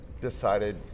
decided